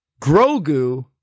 Grogu